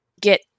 get